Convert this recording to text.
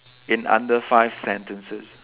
in under five sentences